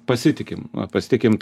pasitikim pasitikim